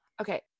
Okay